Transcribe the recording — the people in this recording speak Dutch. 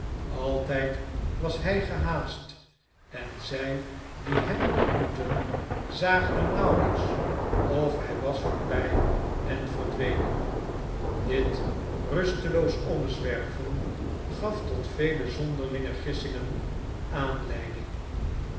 altijd was hij gehaast en zij die hem ontmoetten zagen hem nauwelijks of hij was voorbij en verdwenen dit rusteloos omzwerven gaf tot vele zonderlingegissmgen aanleiding